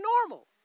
normal